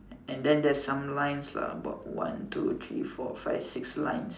and then there's some lines lah about one two three four five six lines